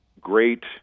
great